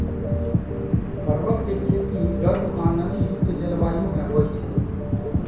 परवल के खेती गर्म आ नमी युक्त जलवायु मे होइ छै